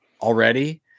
already